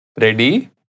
Ready